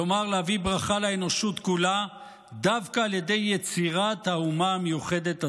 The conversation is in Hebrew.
כלומר להביא ברכה לאנושות כולה דווקא על ידי יצירת האומה המיוחדת הזאת.